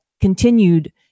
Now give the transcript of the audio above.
continued